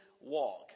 walk